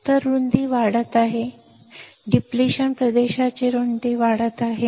तर रुंदी वाढत आहे डिप्लेशन प्रदेशाची रुंदी वाढत आहे